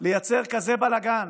לייצר כזה בלגן